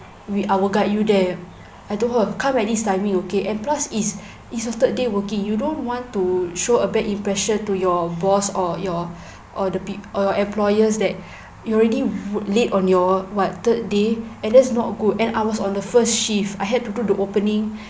we I will guide you there I told her come at this timing okay and plus is the third day working you don't want to show a bad impression to your boss or your or the peo~ or employers that you already would late on your what third day and that's not good and I was on the first shift I had to do the opening